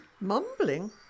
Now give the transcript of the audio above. Mumbling